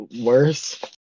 worse